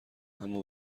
اما